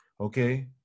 okay